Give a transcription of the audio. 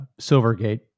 Silvergate